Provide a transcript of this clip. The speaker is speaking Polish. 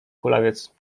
kulawiec